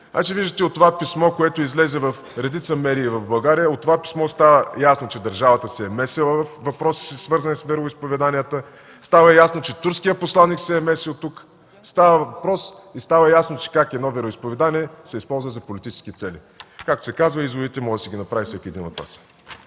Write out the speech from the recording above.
Виждате от това писмо, което излезе в редица медии в България, става ясно, че държавата се е месила във въпроси, свързани с вероизповеданията. Става ясно, че турският посланик се е месил тук, става въпрос и става ясно как едно вероизповедание се използва за политически цели. Както се казва, изводите може да си ги направи всеки един от Вас.